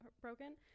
broken